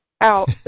out